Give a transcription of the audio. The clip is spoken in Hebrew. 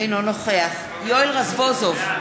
אינו נוכח יואל רזבוזוב,